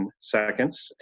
seconds